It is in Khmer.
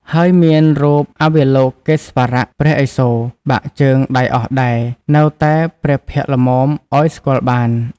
ហើយមានរូបអវលោកេស្វរៈ (ព្រះឥសូរ) បាក់ជើង-ដៃអស់ដែរ នៅតែព្រះភក្ត្រល្មមឲ្យស្គាល់បាន ។